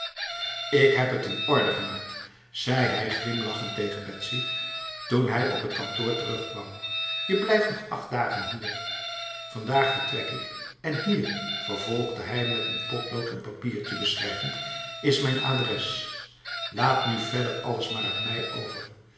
ik heb het in orde gemaakt zei hij glimlachend tegen betsy toen hij op t kantoor terugkwam je blijft nog acht dagen hier vandaag vertrek ik en hier vervolgde hij met n potlood een papiertje beschrijvend is mijn adres laat nu verder alles maar aan mij over